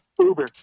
Uber